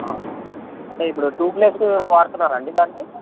అవునా అంటే ఇప్పుడు టూ ప్లేస్ వాడుతున్నారండి దానికి